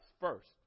first